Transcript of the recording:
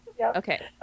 Okay